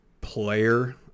player